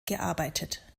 gearbeitet